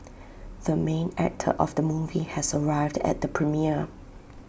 the main actor of the movie has arrived at the premiere